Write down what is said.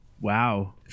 Wow